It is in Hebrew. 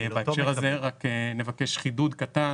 בהקשר הזה נבקש חידוד קטן.